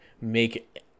make